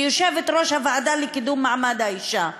כיושבת-ראש הוועדה לקידום מעמד האישה,